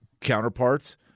counterparts